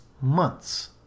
months